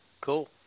Cool